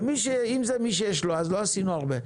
אם זה מי שיש לו אז לא עשינו הרבה.